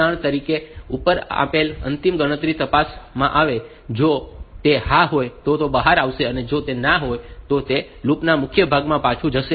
ઉદાહરણ તરીકે ઉપર આપેલ અંતિમ ગણતરી તપાસવામાં આવે તો જો તે હા હોય તો તે બહાર આવશે અને જો તે ના હોય તો તે લૂપ ના મુખ્ય ભાગમાં પાછું જશે